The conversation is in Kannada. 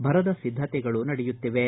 ಭರದ ಿದ್ದತೆಗಳು ನಡೆಯುತ್ತಿವೆ